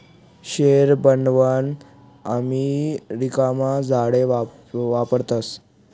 share भांडवल अमेरिकामा जादा वापरतस